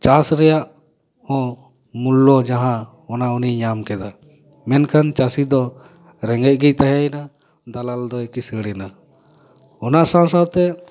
ᱪᱟᱥ ᱨᱮᱭᱟᱜ ᱦᱚᱸ ᱢᱩᱞᱞᱚ ᱡᱟᱦᱟᱸ ᱚᱱᱟ ᱩᱱᱤᱭ ᱧᱟᱢ ᱠᱮᱜᱼᱟ ᱢᱮᱱ ᱠᱷᱟᱱ ᱪᱟᱹᱥᱤ ᱫᱚ ᱨᱮᱜᱮᱡ ᱜᱮᱭ ᱛᱟᱦᱮᱸᱭᱮᱱᱟ ᱫᱟᱞᱟᱞ ᱫᱚ ᱠᱤᱥᱟᱹᱲ ᱮᱱᱟ ᱚᱱᱟ ᱥᱟᱶ ᱥᱟᱶᱛᱮ